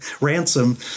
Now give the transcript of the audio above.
ransom